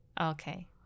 Okay